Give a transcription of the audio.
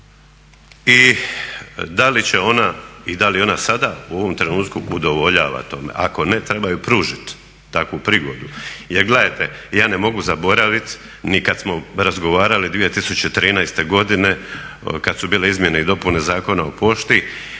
I da li će ona i da li ona sada u ovom trenutku udovoljava tome. Ako ne, treba joj pružit takvu prigodu. Jer gledajte, ja ne mogu zaboravit ni kad smo razgovarali 2013. godine kad su bile izmjene i dopune Zakona o pošti,